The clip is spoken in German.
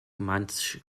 mantzsch